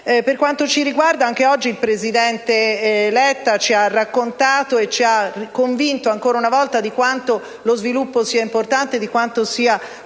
Per quanto ci riguarda, anche oggi il presidente Letta ci ha raccontato e ci ha convinto ancora una volta di quanto lo sviluppo sia importante e di quanto sia utile